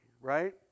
right